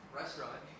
restaurant